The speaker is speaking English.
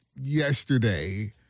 yesterday